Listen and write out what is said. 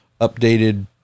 updated